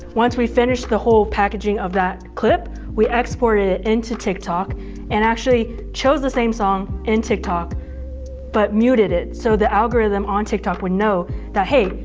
once we finished the whole packaging of that clip, we exported it into tiktok and actually chose the same song in tiktok but muted it so the algorithm on tiktok would know that hey,